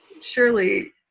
surely